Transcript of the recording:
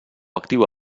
actiu